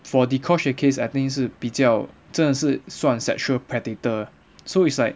for dee kosh 的 case I think 是比较真的是算 sexual predator so it's like